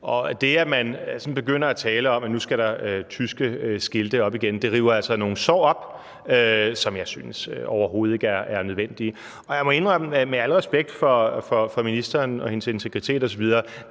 Det, at man begynder at tale om, at nu skal der tyske skilte op igen, river altså nogle sår op, som jeg overhovedet ikke synes er nødvendigt. Jeg må indrømme, at med al respekt for ministeren og hendes integritet osv.